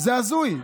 זה הזוי.